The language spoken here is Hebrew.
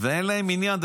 ואין להם עניין,